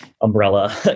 Umbrella